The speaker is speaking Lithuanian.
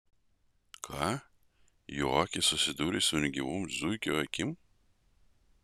ką jo akys susidūrė su negyvom zuikio akim